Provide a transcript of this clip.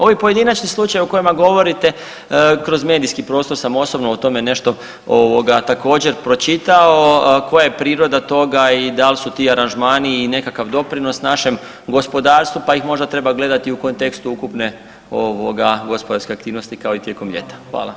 Ovi pojedinačni slučajevi o kojima govorite kroz medijski prostor sam osobno o tome nešto također pročitao koja je priroda toga i dal su ti aranžmani i nekakav doprinos našem gospodarstvu pa ih možda treba gledati u kontekstu ukupne gospodarske aktivnosti kao i tijekom ljeta.